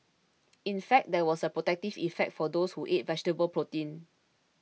in fact there was a protective effect for those who ate vegetable protein